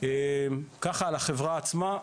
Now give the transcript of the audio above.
ככה על החברה עצמה,